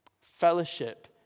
Fellowship